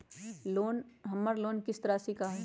हमर लोन किस्त राशि का हई?